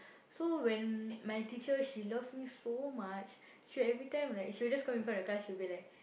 so when my teacher she loves me so much she every time like she will just come in front of the class she will be like